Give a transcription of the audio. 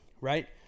right